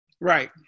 Right